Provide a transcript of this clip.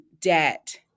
debt